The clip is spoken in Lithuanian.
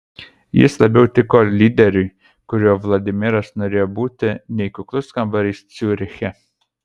jis labiau tiko lyderiui kuriuo vladimiras norėjo būti nei kuklus kambarys ciuriche